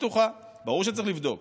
ברור שצריך לבדוק